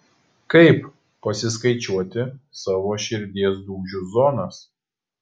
kaip pasiskaičiuoti savo širdies dūžių zonas